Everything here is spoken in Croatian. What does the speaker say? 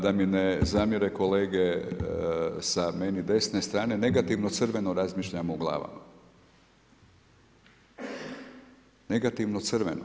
Da mi ne zamjere kolege sa meni desne strane, negativno crveno razmišljamo u glavama, negativno crveno.